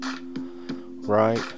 right